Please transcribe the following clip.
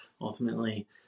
ultimately